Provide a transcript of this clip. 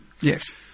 Yes